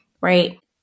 right